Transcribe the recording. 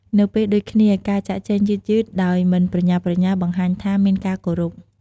នៅពេលដូចគ្នា ការចាកចេញយឺតៗ ដោយមិនប្រញាប់ប្រញាល់ បង្ហាញថាមានការគោរព។